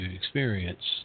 experience